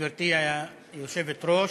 גברתי היושבת-ראש,